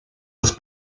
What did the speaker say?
los